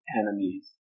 enemies